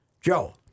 Joe